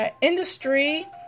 Industry